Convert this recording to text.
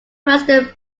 western